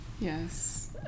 yes